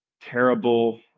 terrible